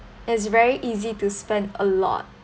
it's very easy to spend a lot